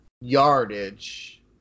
yardage